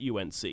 UNC